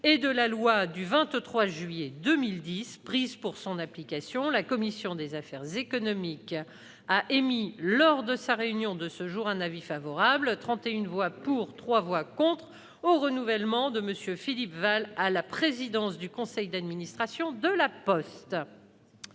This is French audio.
et de la loi du 23 juillet 2010 prises pour son application, la commission des affaires économiques a émis, lors de sa réunion de ce jour, un avis favorable- trente et une voix pour, trois voix contre -au renouvellement de M. Philippe Wahl à la présidence du conseil d'administration de La Poste.